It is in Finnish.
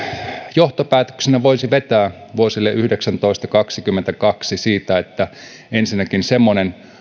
johtopäätöksenä voisi vetää vuosille yhdeksäntoista viiva kaksikymmentäkaksi ensinnäkin sen että semmoinen